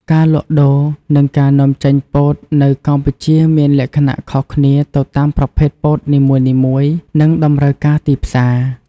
ការលក់ដូរ និងការនាំចេញពោតនៅកម្ពុជាមានលក្ខណៈខុសគ្នាទៅតាមប្រភេទពោតនីមួយៗ និងតម្រូវការទីផ្សារ។